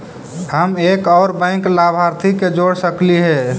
हम एक और बैंक लाभार्थी के जोड़ सकली हे?